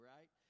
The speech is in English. Right